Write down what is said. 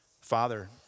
Father